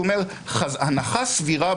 ואז אומרים: קבע בית המשפט כי חוק אינו